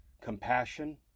compassion